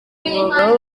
umwuga